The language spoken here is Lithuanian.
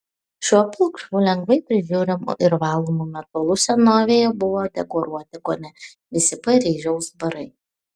šiuo pilkšvu lengvai prižiūrimu ir valomu metalu senovėje buvo dekoruoti kone visi paryžiaus barai